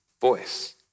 voice